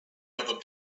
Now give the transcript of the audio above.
other